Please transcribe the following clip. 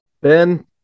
Ben